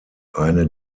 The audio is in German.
eine